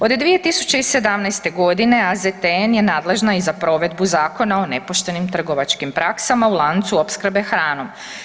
Od 2017. godine AZTN je nadležna i za provedbu zakona o nepoštenim trgovačkim praksama u lancu opskrbe hranom.